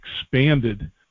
expanded